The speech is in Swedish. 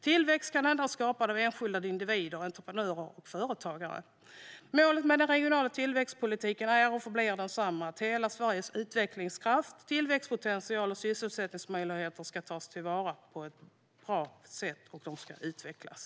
Tillväxt skapas av individer, av entreprenörer och företagare. Målet med den regionala tillväxtpolitiken är och förblir densamma: att hela Sveriges utvecklingskraft, tillväxtpotential och sysselsättningsmöjligheter ska tas till vara på ett bra sätt och utvecklas.